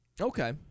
Okay